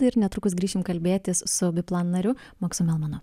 ir netrukus grįšim kalbėtis su biplan nariu maksu melmanu